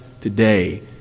today